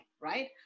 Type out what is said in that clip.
right